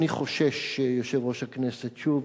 אני חושש שיושב-ראש הכנסת, שוב,